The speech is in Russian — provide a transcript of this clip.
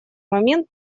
момент